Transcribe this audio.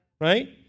right